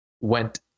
went